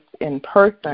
in-person